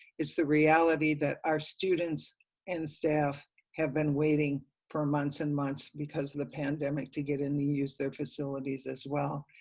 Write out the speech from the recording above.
it's the reality that our students and staff have been waiting for months and months because of the pandemic to get in use the facilities as well.